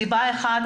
סיבה אחת,